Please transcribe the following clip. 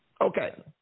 Okay